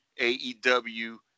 AEW